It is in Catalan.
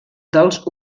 dels